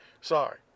Sorry